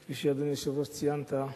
כפי שציינת,